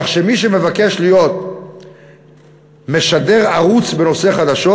כך שמי שמבקש להיות משדר ערוץ בנושא חדשות